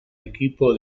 equipo